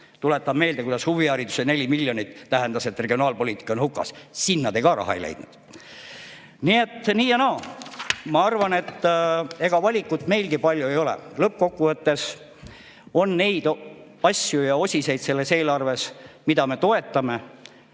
Tuletan meelde, kuidas huvihariduse 4 miljonit tähendas, et regionaalpoliitika on hukas, sinna te ka raha ei leidnud. Nii et nii ja naa. Ma arvan, et ega valikut meilgi palju ei ole. Lõppkokkuvõttes on selles eelarves neid asju ja osiseid, mida me toetame.